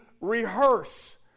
rehearse